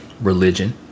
Religion